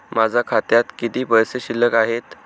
माझ्या खात्यात किती पैसे शिल्लक आहेत?